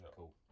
Cool